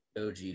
OG